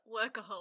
workaholic